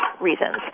reasons